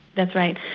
that's right.